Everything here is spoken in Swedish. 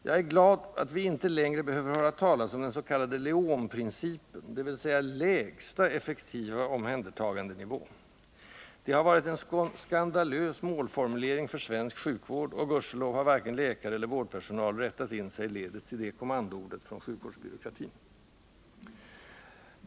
Jag är glad att vi inte längre behöver höra talas om den s.k. LEON-principen, dvs. lägsta effektiva omhändertagandenivå. Det har varit en skandalös målformulering för svensk sjukvård, och gudskelov har varken läkare eller vårdpersonal rättat in sig i ledet till det kommandoordet från sjukvårdsbyråkratin.